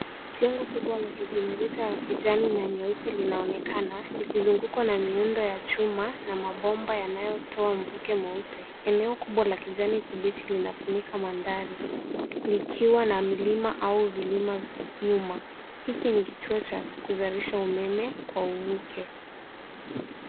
Jengo kubwa la kijani na nyeupe linaonekana likizungukwa na miundo ya chuma na mabomba yanayotoa mvuke mweupe. Eneo kubwa la kijani kibichi linafunika mandhari likiwa na milima au vilima nyuma .Hiki ni kituo cha kuzalisha umeme kwa uvuke.